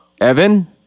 Evan